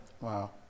Wow